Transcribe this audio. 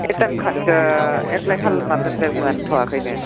ए T M कार्डखौ apply खालामना दोन्दों मोन्थ'वाखैनो